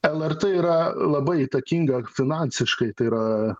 lrt yra labai įtakinga finansiškai tai yra